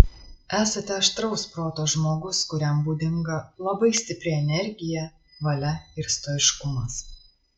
esate aštraus proto žmogus kuriam būdinga labai stipri energija valia ir stoiškumas